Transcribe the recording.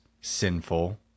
sinful